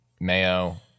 mayo